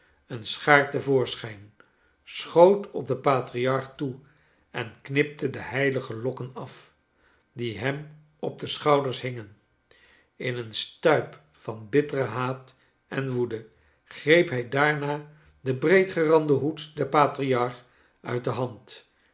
een schaar te voorschijn schoot op den patriarch toe en knipte de heilige lokken af die hem op de schouders hingen in een stuip van bitteren haat en woede greep hij daarna den breedgeranden hoed den patriarch uit de hand